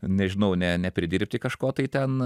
nežinau ne nepridirbti kažko tai ten